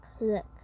Look